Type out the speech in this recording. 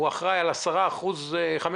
הוא אחראי על 15% מהמבודדים,